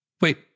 Wait